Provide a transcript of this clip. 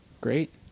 great